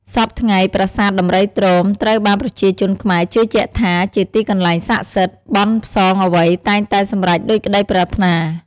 សព្វថ្ងៃប្រាសាទដំរីទ្រោម ត្រូវបានប្រជាជនខ្មែរជឿជាក់ថាជាទីកន្លែងស័ក្តិសិទ្ធ បន់ផ្សងអ្វីតែងតែសម្រេចដូចក្ដីប្រាថ្នា។